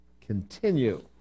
continue